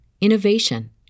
innovation